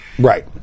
Right